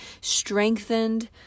strengthened